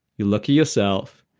you look at yourself,